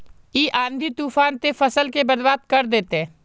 इ आँधी तूफान ते फसल के बर्बाद कर देते?